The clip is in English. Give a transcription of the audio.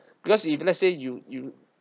because if let's say you you